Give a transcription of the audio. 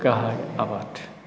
गाहाय आबाद